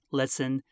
lesson